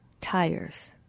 tires